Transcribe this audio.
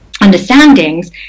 understandings